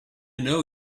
know